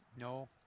No